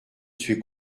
suis